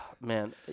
man